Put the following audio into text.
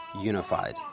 unified